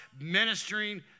ministering